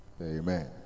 Amen